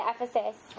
Ephesus